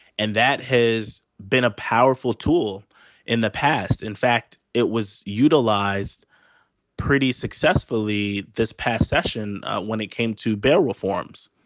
and that has been a powerful tool in the past. in fact, it was utilized pretty successfully this past session when it came to bear reforms.